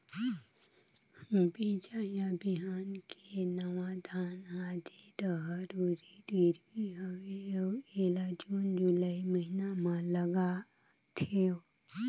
बीजा या बिहान के नवा धान, आदी, रहर, उरीद गिरवी हवे अउ एला जून जुलाई महीना म लगाथेव?